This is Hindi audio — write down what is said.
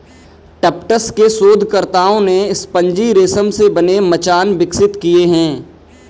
टफ्ट्स के शोधकर्ताओं ने स्पंजी रेशम से बने मचान विकसित किए हैं